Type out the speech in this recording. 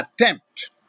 attempt